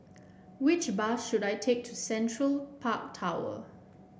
which bus should I take to Central Park Tower